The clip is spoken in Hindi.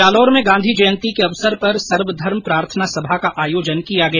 जालौर में गांधी जयंती के अवसर सर्वधर्म प्रार्थना सभा का आयोजन किया गया